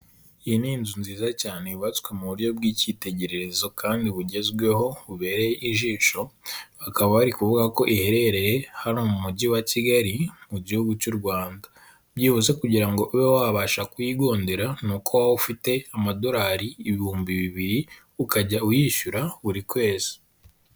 Iyi ni inzu nziza cyane yubatswe mu buryo bw'icyitegererezo kandi bugezweho, bubereye ijisho, bakaba wari kuvuga ko iherereye hano mu mujyi wa Kigali, mu gihugu cy'u Rwanda, byibuze kugira ngo ube wabasha kuyigondera, ni uko waba aho ufite amadolari ibihumbi bibiri, ukajya uyishyura buri kwezi.